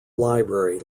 library